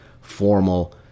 formal